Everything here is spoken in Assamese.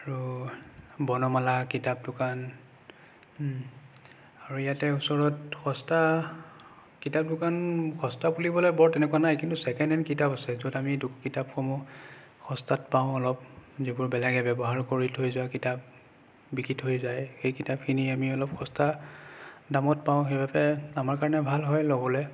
আৰু বৰ্ণমালা কিতাপ দোকান আৰু ইয়াতে ওচৰত সস্তা কিতাপ দোকান সস্তা বুলি ক'লে বৰ তেনেকুৱা নাই কিন্তু ছেকেণ্ড হেণ্ড কিতাপ আছে য'ত আমি কিতাপসমূহ সস্তাত পাওঁ অলপ যিবোৰ বেলেগে ব্যৱহাৰ কৰি থৈ যোৱা কিতাপ বিকি থৈ যায় সেই কিতাপখিনি আমি অলপ সস্তা দামত পাওঁ সেইবাবে আমাৰ কাৰণে ভাল হয় ল'বলে